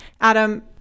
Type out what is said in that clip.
Adam